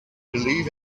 believe